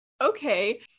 Okay